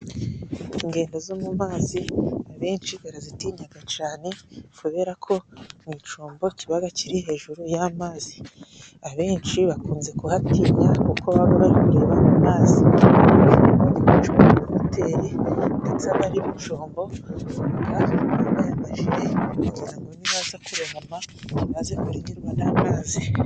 Ingega zo mu mazi abenshi barazitinya cyane, kubera ko ni icyombo kiba kiri hejuru y'amazi. Abenshi bakunze kuhatinya kuko baba bari kureba mu mazi(.......) na hoteri ndetse abari mu cyombo baba bambaye amajire kugira ngo nibaza kurohama ntibaze kurengerwa n'amazi.